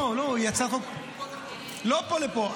לא מפה לפה.